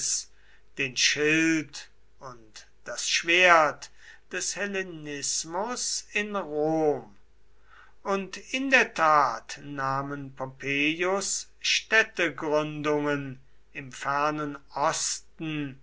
den schild und das schwert des hellenismus in rom und in der tat nahmen pompeius städtegründungen im fernen osten